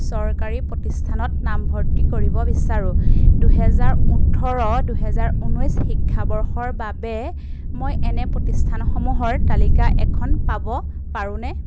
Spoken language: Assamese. চৰকাৰী প্ৰতিষ্ঠানত নামভৰ্তি কৰিব বিচাৰোঁ দুহেজাৰ ওঠৰ দুহেজাৰ ঊনৈছ শিক্ষাবৰ্ষৰ বাবে মই এনে প্ৰতিষ্ঠানসমূহৰ তালিকা এখন পাব পাৰোঁনে